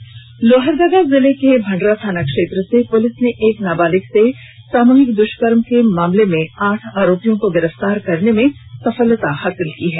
अब संक्षिप्त खबरें लोहरदगा जिले के भंडरा थाना क्षेत्र से पुलिस ने एक नाबालिग से सामूहिक दुष्कर्म के एक मामले में आठ आरोपियों को गिरफ्तार करने में सफलता हासिल की है